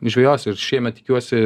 žvejosiu ir šiemet tikiuosi